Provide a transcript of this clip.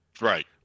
right